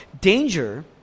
Danger